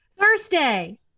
Thursday